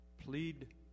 Plead